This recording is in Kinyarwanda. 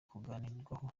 kuganirwaho